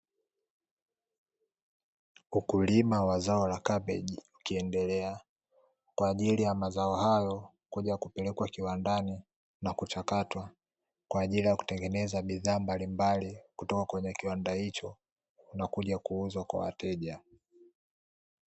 Wakulima wa zao la kabeji wakiendelea kwa ajili ya mazao hayo kuja kupelekwa kiwandani na kuchakatwa kwa ajili ya kutengeneza bidhaa mbalimbali kutoka kwenye kiwanda hicho nakuja kuuzwa kwa wateja.